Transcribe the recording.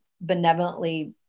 benevolently